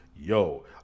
yo